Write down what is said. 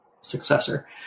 successor